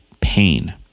pain